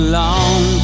long